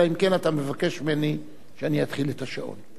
אלא אם כן אתה מבקש ממני שאני אפעיל את השעון,